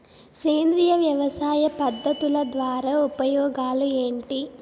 సేంద్రియ వ్యవసాయ పద్ధతుల ద్వారా ఉపయోగాలు ఏంటి?